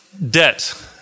Debt